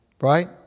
right